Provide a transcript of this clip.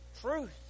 Truth